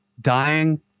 dying